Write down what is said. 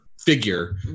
figure